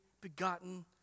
begotten